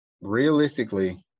realistically